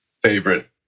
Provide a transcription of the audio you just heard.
favorite